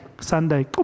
Sunday